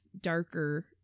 darker